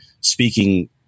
speaking